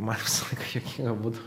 man visą laiką juokinga būdavo